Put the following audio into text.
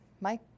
Mike